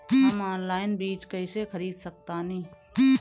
हम ऑनलाइन बीज कईसे खरीद सकतानी?